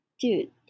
Dude